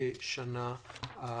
השנים הבאות.